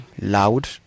loud